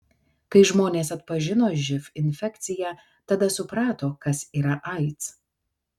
kai žmonės atpažino živ infekciją tada suprato kas yra aids